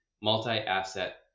multi-asset